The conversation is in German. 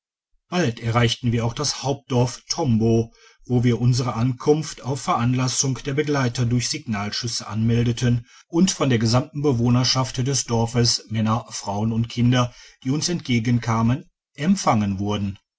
bald erreichten wir auch das hauptdorf tombo wo wir unsere ankunft auf veranlassung der begleiter durch signalschtisse anmeldeten und von der gedigitized by google samten bewohnerschaft des dorfes männer frauen und kindern die uns entgegenkamen empfangen wurden